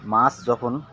মাছ যখন